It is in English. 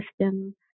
system